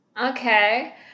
Okay